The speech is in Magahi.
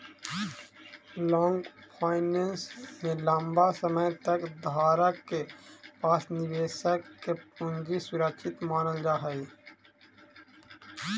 लॉन्ग फाइनेंस में लंबा समय तक धारक के पास निवेशक के पूंजी सुरक्षित मानल जा हई